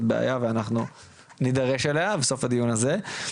בעיה ואנחנו נדרש אליה בסוף הדיון הזה,